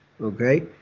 okay